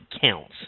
counts